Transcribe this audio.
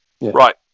Right